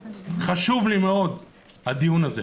חשוב לי מאוד הדיון הזה.